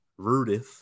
Rudith